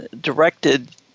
directed